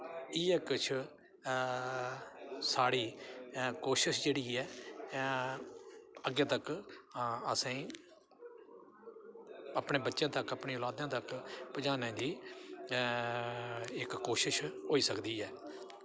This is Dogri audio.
इ'यै किश साढ़ी कोशिश जेह्ड़ी ऐ अग्गें तक असेंगी अपने बच्चें तक अपनी औलादें तक पजाने दी इक कोशिश होई सकदी ऐ